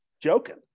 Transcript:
joking